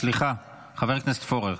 סליחה, חבר הכנסת פורר.